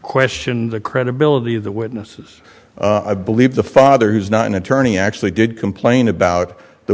question the credibility of the witnesses i believe the father who's not an attorney actually did complain about the